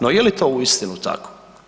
No je li to uistinu tako?